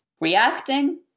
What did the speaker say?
reacting